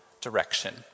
direction